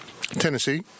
Tennessee